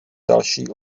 další